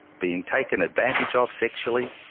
being taken advantage ah of sexually,